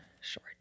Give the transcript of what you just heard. short